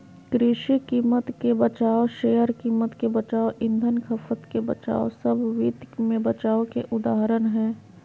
कृषि कीमत के बचाव, शेयर कीमत के बचाव, ईंधन खपत के बचाव सब वित्त मे बचाव के उदाहरण हय